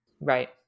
Right